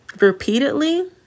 Repeatedly